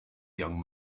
young